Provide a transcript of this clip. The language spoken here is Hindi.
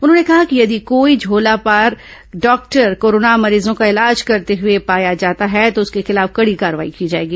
उन्होंने कहा कि यदि कोई झोलापार डॉक्टर कोरोना मरीजों का इलाज करते हुए पाया जाता है तो उसके खिलाफ कड़ी कार्रवाई की जाएगी